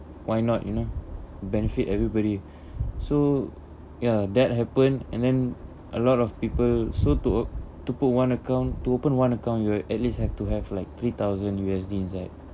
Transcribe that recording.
why not you know benefit everybody so ya that happened and then a lot of people so to op~ to put one account to open one account you at least have to have like three thousand U_S_D inside